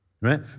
right